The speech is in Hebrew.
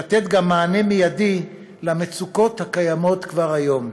לתת גם מענה מיידי למצוקות הקיימות כבר היום.